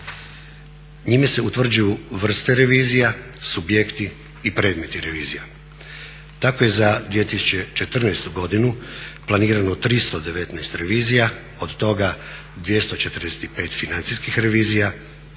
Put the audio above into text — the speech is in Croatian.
Njime se utvrđuju vrste revizija, subjekti i predmeti revizija. Tako je za 2014. godinu planirano 319 revizija, od toga 245 financijskih revizija,